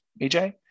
EJ